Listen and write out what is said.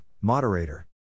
moderator